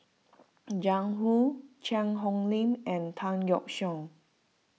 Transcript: Jiang Hu Cheang Hong Lim and Tan Yeok Seong